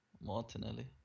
Martinelli